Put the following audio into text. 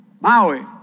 Maui